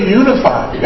unified